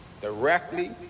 directly